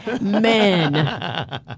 Men